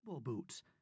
Boots